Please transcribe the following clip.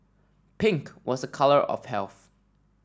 pink was a colour of health